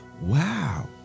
wow